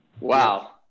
Wow